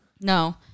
No